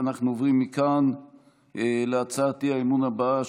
אנחנו עוברים מכאן להצעת האי-אמון הבאה,